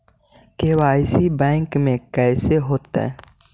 KYC bank में कैसे होतै?